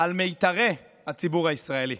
על מיתרי הציבור הישראלי.